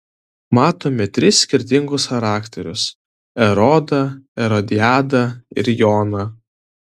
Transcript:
matome tris skirtingus charakterius erodą erodiadą ir joną